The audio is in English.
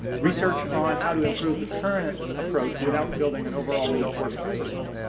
research on how to improve the current approach without building an overall new enforcement system.